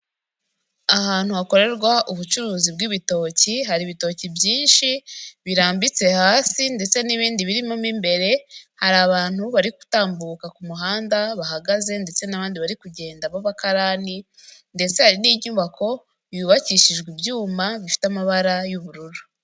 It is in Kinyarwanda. Ahantu hakorerwa ubucuruzi bw'ibitoki hari ibitoki byinshi birambitse hasi ndetse n'ibindi birimorimo mo imbere hari abantu bari gutambuka ku muhanda bahagaze, ndetse n'abandi bari kugenda b'abakarani ndetse hari n'inyubako yubakishijwe ibyuma bifite amabara y'ubururu.